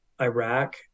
Iraq